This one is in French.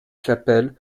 chapelle